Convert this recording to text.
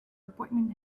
appointment